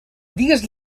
digues